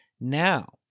Now